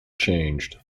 changed